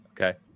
okay